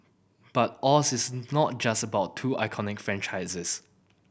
but Oz is not just about two iconic franchises